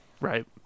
Right